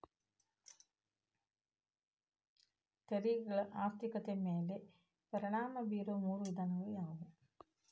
ತೆರಿಗೆಗಳ ಆರ್ಥಿಕತೆ ಮ್ಯಾಲೆ ಪರಿಣಾಮ ಬೇರೊ ಮೂರ ವಿಧಾನಗಳ ಯಾವು